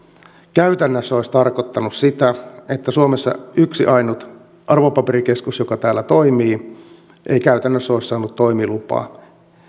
käytännössä olisi tarkoittanut sitä että suomessa yksi ainut arvopaperikeskus joka täällä toimii ei käytännössä olisi saanut toimilupaa